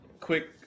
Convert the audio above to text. quick